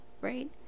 right